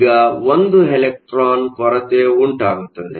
ಈಗ ಒಂದು ಎಲೆಕ್ಟ್ರಾನ್ ಕೊರತೆ ಉಂಟಾಗುತ್ತದೆ